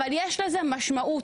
אבל יש לזה משמעות,